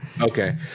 Okay